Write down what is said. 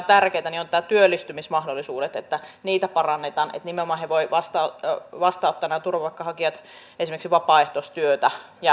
nyt esillä oleva välikysymys ei käsittele vain hallintarekisterin valmistelua vaan laajemmin lainvalmistelun avoimuuden ja hyvän hallinnon periaatteita